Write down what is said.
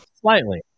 Slightly